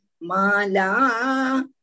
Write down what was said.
Mala